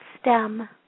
stem